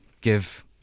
give